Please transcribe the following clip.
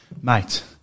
mate